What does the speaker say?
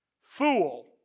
fool